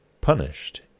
punished